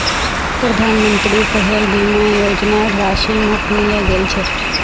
प्रधानमंत्री फसल बीमा योजनार राशि मोक मिले गेल छै